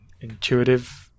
intuitive